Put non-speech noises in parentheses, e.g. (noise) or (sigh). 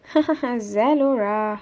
(laughs) Zalora